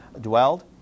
dwelled